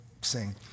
sing